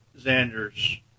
Xanders